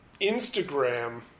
Instagram